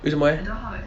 为什么 leh